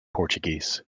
portuguese